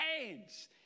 hands